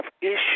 issues